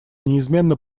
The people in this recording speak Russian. неизменно